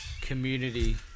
community